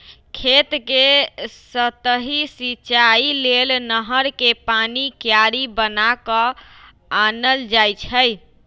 खेत कें सतहि सिचाइ लेल नहर कें पानी क्यारि बना क आनल जाइ छइ